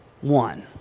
one